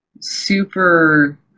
super